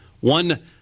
one